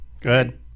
Good